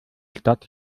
stadt